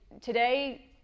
today